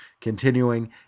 Continuing